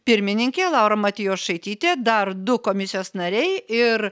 pirmininkė laura matjošaitytė dar du komisijos nariai ir